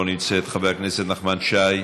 לא נמצאת, חבר הכנסת נחמן שי,